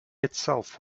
itself